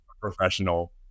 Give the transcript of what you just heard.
professional